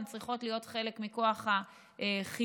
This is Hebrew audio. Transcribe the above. הן צריכות להיות חלק מכוח החינוך